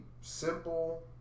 simple